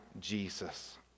Jesus